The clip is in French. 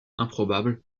improbable